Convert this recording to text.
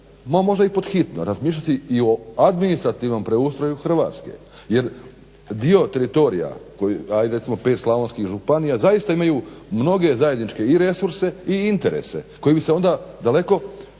možda i pod hitno razmišljati i o administrativnom preustroju Hrvatske. Jer dio teritorija, hajde recimo 5 slavonskih županija zaista imaju mnoge zajedničke i resurse i interese koji bi se onda daleko